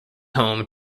home